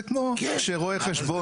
זה כמו שרואה חשבון.